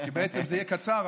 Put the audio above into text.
כי בעצם זה יהיה קצר.